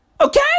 Okay